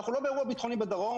אנחנו לא באירוע ביטחוני בדרום,